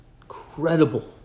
incredible